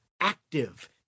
active